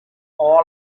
all